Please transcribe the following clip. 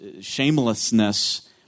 shamelessness